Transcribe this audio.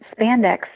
spandex